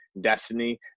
destiny